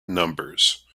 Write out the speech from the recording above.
numbers